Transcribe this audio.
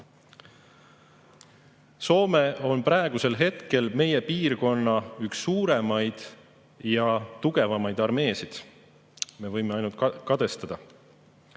Soomel on praegusel hetkel meie piirkonna üks suuremaid ja tugevamaid armeesid. Me võime ainult kadestada.